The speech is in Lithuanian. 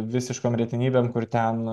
visiškom retenybėm kur ten